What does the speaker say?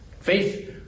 Faith